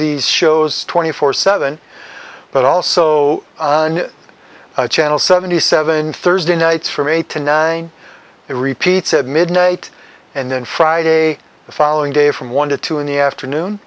these shows twenty four seven but also a channel seventy seven thursday nights from eight to nine it repeats at midnight and then friday the following day from one to two in the afternoon